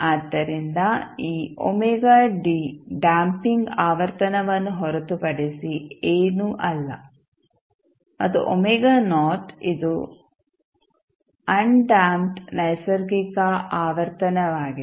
ಆದ್ದರಿಂದ ಈ ಡ್ಯಾಂಪಿಂಗ್ ಆವರ್ತನವನ್ನು ಹೊರತುಪಡಿಸಿ ಏನೂ ಅಲ್ಲ ಮತ್ತು ಇದು ಆನ್ ಡ್ಯಾಂಪ್ಡ್ ನೈಸರ್ಗಿಕ ಆವರ್ತನವಾಗಿದೆ